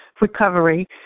recovery